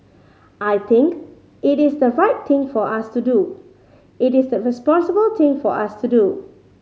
I think it is the right thing for us to do it is the responsible thing for us to do